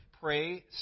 Pray